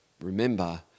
remember